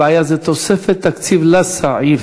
הבעיה זה תוספת תקציב לסעיף,